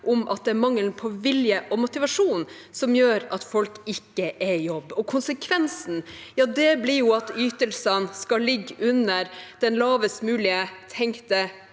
om at det er mangelen på vilje og motivasjon som gjør at folk ikke er i jobb. Konsekvensen blir jo at ytelsene skal ligge under den lavest mulig tenkte